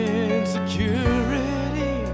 insecurity